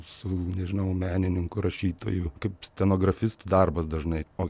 su nežinau menininku rašytoju kaip scenografistų darbas dažnai o